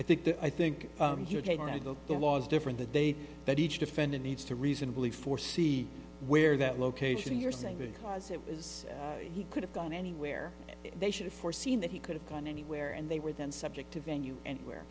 i think that i think the laws different that they that each defendant needs to reasonably for see where that location you're saying because it was he could have gone anywhere they should have foreseen that he could have gone anywhere and they were then subject to venue and where